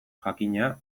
jakina